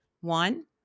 one